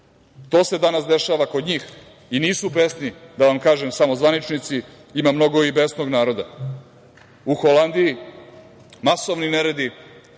To se danas dešava kod njih i nisu besni, da vam kažem samo, zvaničnici, ima mnogo i besnih naroda. U Holandiji su masovni neredi,